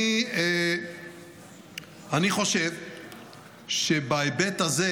אני חושב שבהיבט הזה